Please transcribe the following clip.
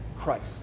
Christ